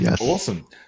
awesome